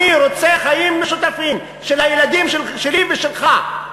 אני רוצה חיים משותפים של הילדים שלי ושלך.